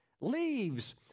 leaves